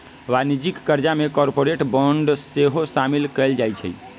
वाणिज्यिक करजा में कॉरपोरेट बॉन्ड सेहो सामिल कएल जाइ छइ